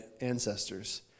ancestors